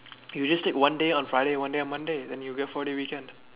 you just take one day on Friday and one day on Monday then you get four day weekend